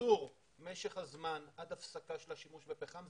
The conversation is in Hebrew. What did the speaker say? קיצור משך הזמן עד ההפסקה של השימוש בפחם,